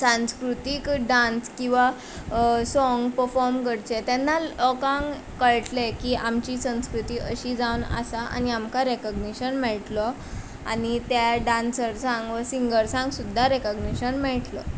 सांस्कृतीक डांस किंवां सोंग पफोम करचें तेन्ना लोकांक कळटलें की आमची संस्कृती अशी जावन आसा आनी आमकां रेकोगनेशन मेळटलो आनी त्या डांसर्सांक वा सिंगर्सांक सुद्दां रिकगनेशन मेळटलो